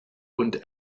und